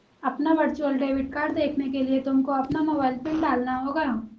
अपना virtual debit card देखने के लिए तुमको अपना मोबाइल पिन डालना होगा